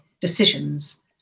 decisions